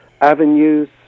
avenues